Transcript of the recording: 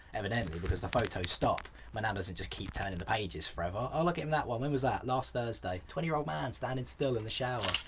evidently, because the photos stop. my nan doesn't keep turning the pages forever. oh like um that one! when was that? last thursday. twenty year old man standing still in the shower.